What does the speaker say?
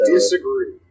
Disagree